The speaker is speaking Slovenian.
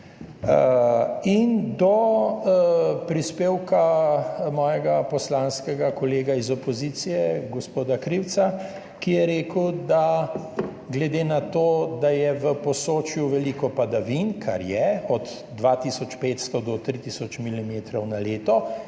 in do prispevka mojega poslanskega kolega iz opozicije gospoda Krivca, ki je rekel, da glede na to, da je v Posočju veliko padavin, kar je, od 2 tisoč 500 do 3 tisoč